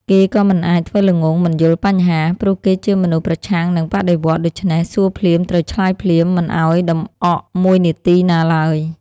គេក៏មិនអាចធ្វើល្ងង់ មិនយល់បញ្ហា ព្រោះគេជាមនុស្សប្រឆាំងនិងបដិវត្តន៍ ដូច្នេះ សួរភ្លាមត្រូវឆ្លើយភ្លាម មិនឱ្យដំអកមួយនាទីណាឡើយ។